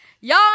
y'all